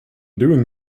doing